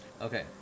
Okay